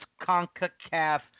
CONCACAF